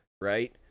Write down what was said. right